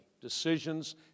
Decisions